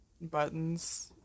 buttons